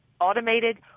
automated